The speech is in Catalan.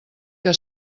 que